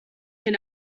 can